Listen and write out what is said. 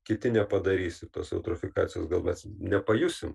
kiti nepadarys ir tos eutrofikacijos gal mes nepajusim